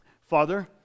father